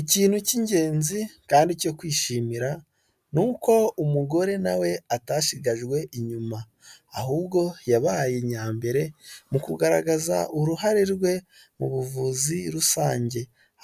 Ikintu cy'ingenzi kandi cyo kwishimira ni uko umugore nawe atashigajwe inyuma, ahubwo yabaye nyambere mu kugaragaza uruhare rwe mu buvuzi rusange